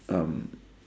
um